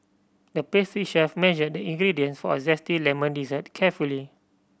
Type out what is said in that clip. the pastry chef measured the ingredients for a zesty lemon dessert carefully